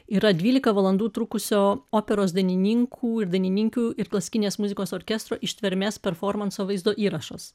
yra dvylika valandų trukusio operos dainininkų ir dainininkių ir klasikinės muzikos orkestro ištvermės performanso vaizdo įrašas